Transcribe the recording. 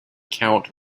count